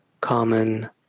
common